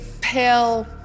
pale